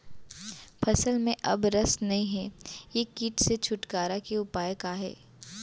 फसल में अब रस नही हे ये किट से छुटकारा के उपाय का हे?